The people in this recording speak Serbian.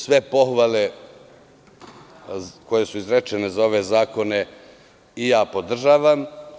Sve pohvale koje su izrečene za ove zakone i ja podržavam.